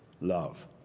love